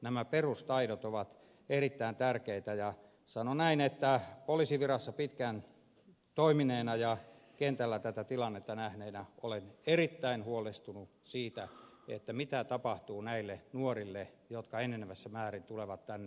nämä perustaidot ovat erittäin tärkeitä ja sanon näin että poliisivirassa pitkään toimineena ja kentällä tätä tilannetta nähneenä olen erittäin huolestunut siitä mitä tapahtuu näille nuorille jotka enenevässä määrin tulevat tänne